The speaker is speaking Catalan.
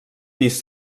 pis